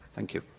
thank you.